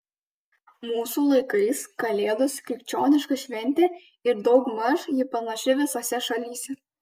mūsų laikais kalėdos krikščioniška šventė ir daugmaž ji panaši visose šalyse